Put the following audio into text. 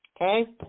Okay